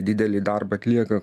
didelį darbą atlieka